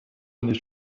nicht